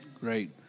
Great